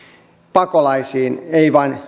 pakolaisiin ei vain